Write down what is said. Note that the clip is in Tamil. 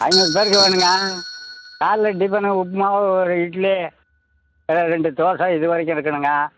ஐந்நூறு பேருக்கு வேணுங்க காலையில் டிஃபனு உப்புமா ஒரு இட்லி ரெ ரெண்டு தோசை இது வரைக்கும் இருக்கணுங்க